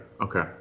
Okay